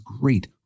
great